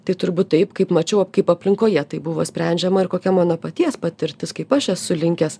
tai turbūt taip kaip mačiau kaip aplinkoje tai buvo sprendžiama ir kokia mano paties patirtis kaip aš esu linkęs